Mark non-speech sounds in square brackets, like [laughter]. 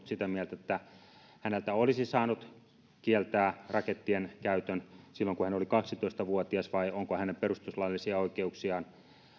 [unintelligible] sitä mieltä että häneltä olisi saanut kieltää rakettien käytön silloin kun hän oli kaksitoista vuotias vai ollaanko hänen perustuslaillisia oikeuksiaan